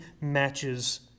matches